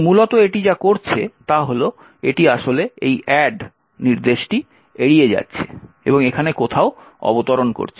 এবং মূলত এটি যা করছে তা হল এটি আসলে এই অ্যাড নির্দেশটি এড়িয়ে যাচ্ছে এবং এখানে কোথাও অবতরণ করছে